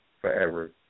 forever